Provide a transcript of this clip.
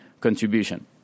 contribution